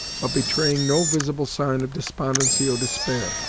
but betraying no visible sign of despondency or despair.